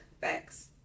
facts